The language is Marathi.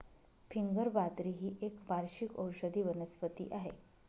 फिंगर बाजरी ही एक वार्षिक औषधी वनस्पती आहे